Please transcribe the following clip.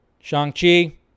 Shang-Chi